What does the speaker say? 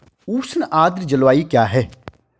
उष्ण आर्द्र जलवायु क्या है?